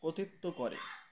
কতিত্ব করে